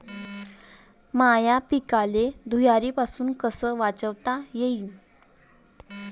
माह्या पिकाले धुयारीपासुन कस वाचवता येईन?